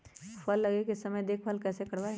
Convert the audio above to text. फल लगे के समय देखभाल कैसे करवाई?